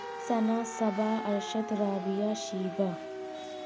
Sana Saba Arshad Rabia Sheeba